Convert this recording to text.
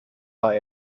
war